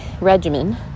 regimen